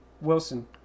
Wilson